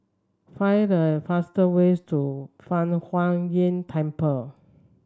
find the fast way to Fang Huo Yuan Temple